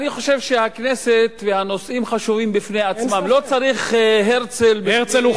לצערי הרב,